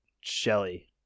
Shelly